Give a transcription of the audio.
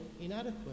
inadequate